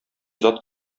зат